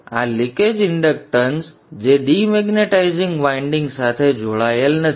હવે આ leakage inductance સંદર્ભ આપો સમય 1608 જે ડિમેગ્નેટાઇઝિંગ વાઇન્ડિંગ સાથે જોડાયેલ નથી